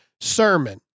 sermon